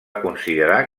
considerar